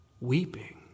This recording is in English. weeping